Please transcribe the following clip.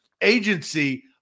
agency